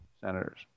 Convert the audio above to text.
senators